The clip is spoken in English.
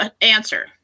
answer